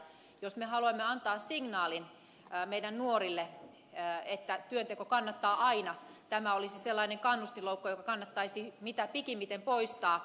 jos me haluamme antaa signaalin meidän nuorille että työnteko kannattaa aina tämä olisi sellainen kannustinloukku joka kannattaisi mitä pikimmiten poistaa